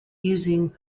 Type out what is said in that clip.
using